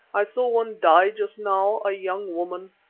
i saw one die just now a young woman.